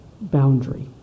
boundary